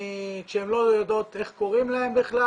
כשהן לא יודעות איך קוראים להן בכלל,